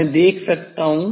मैं देख सकता हूं